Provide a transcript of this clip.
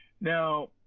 Now